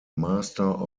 master